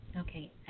Okay